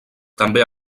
també